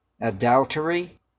Adultery